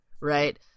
right